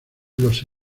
los